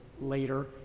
later